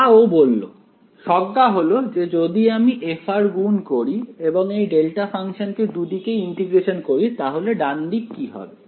যা ও বলল স্বজ্ঞা হল যে যদি আমি f গুণ করি এবং এই ডেল্টা ফাংশন কে দুদিকেই ইন্টিগ্রেশন করি তাহলে ডান দিক কি হবে